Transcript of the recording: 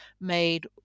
made